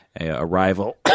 Arrival